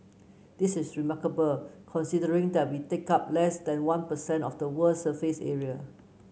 this is remarkable considering that we take up less than one per cent of the world's surface area